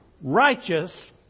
righteous